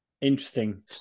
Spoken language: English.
Interesting